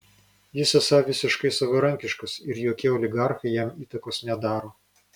jis esą visiškai savarankiškas ir jokie oligarchai jam įtakos nedaro